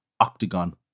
octagon